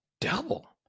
double